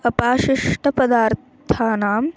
अवशिष्ट पदार्थानाम्